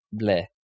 Bleh